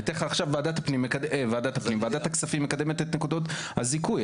אני אתן לך עכשיו ועדת הכספים מקדמת את נקודות הזיכוי.